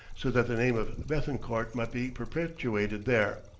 so that the name of bethencourt might be perpetuated there.